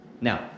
Now